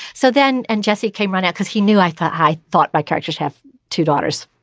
so then and jesse came running because he knew i thought i thought my characters have two daughters.